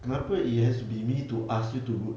kenapa it has to be me to ask you to